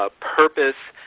ah purpose,